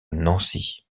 nancy